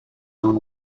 own